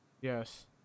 Yes